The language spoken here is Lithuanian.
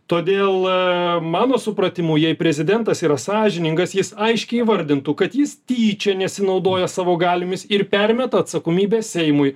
todėl a mano supratimu jei prezidentas yra sąžiningas jis aiškiai įvardintų kad jis tyčia nesinaudoja savo galiomis ir permeta atsakomybę seimui